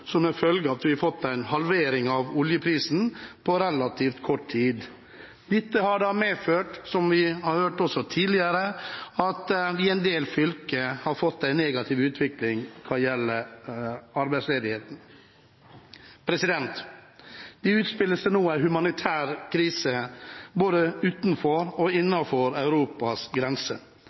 som en følge av at vi har fått en halvering av oljeprisen på relativt kort tid. Dette har medført – som vi også tidligere har hørt – at en del fylker har fått en negativ utvikling hva gjelder arbeidsledigheten. Det utspiller seg nå en humanitær krise både utenfor og innenfor Europas grenser,